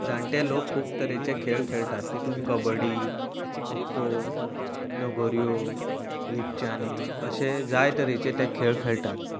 जाणटे लोक खूब तरेचे खेळ खेळटात तितूंत कब्बडी खोखो लगोऱ्यो लिपच्यांनी अशें जाय तरेचे ते खेळ खेळटात